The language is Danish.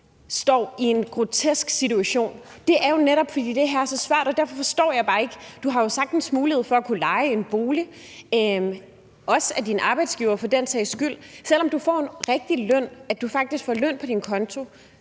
står i en grotesk situation, er jo netop, fordi det her er så svært. Og derfor forstår jeg det bare ikke. Du har jo sagtens mulighed for at kunne leje en bolig, også af din arbejdsgiver for den sags skyld. Selv om du får en rigtig løn, altså at du faktisk får løn på din konto,